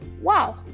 Wow